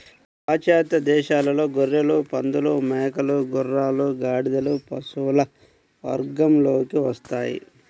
పాశ్చాత్య దేశాలలో గొర్రెలు, పందులు, మేకలు, గుర్రాలు, గాడిదలు పశువుల వర్గంలోకి వస్తాయి